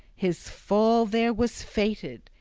his fall there was fated.